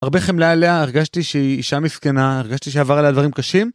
הרבה חמלה עליה, הרגשתי שהיא אישה מסכנה, הרגשתי שעבר עליה דברים קשים.